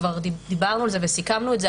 וכבר דיברנו על זה וסיכמנו את זה.